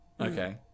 Okay